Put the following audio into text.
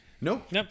Nope